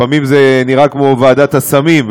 לפעמים זה נראה כמו ועדת הסמים,